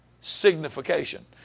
signification